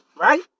right